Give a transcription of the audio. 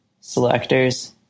selectors